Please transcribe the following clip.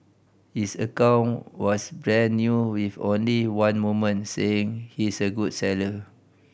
his account was brand new with only one moment saying he's a good seller